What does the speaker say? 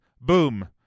boom